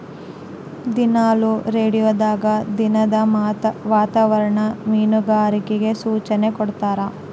ದಿನಾಲು ರೇಡಿಯೋದಾಗ ದಿನದ ವಾತಾವರಣ ಮೀನುಗಾರರಿಗೆ ಸೂಚನೆ ಕೊಡ್ತಾರ